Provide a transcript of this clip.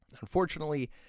Unfortunately